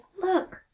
Look